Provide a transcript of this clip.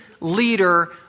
leader